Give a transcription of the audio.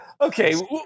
Okay